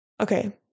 okay